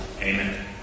Amen